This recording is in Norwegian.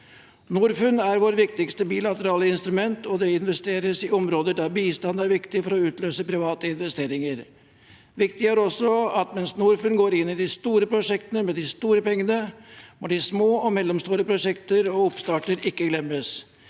Norfund er vårt viktigste bilaterale instrument, og det investeres i områder der bistand er viktig for å utløse private investeringer. Viktig er også at mens Norfund går inn i de store prosjektene med de store pengene, må de små og mellomstore prosjekter og oppstarter ikke glemmes,